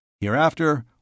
Hereafter